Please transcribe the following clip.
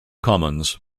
commons